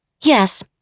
Yes